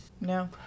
No